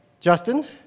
Justin